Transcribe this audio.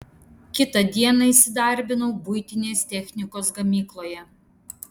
kitą dieną įsidarbinau buitinės technikos gamykloje